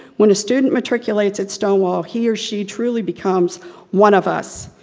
when a student matriculates at stonewall, he or she truly becomes one of us.